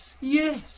yes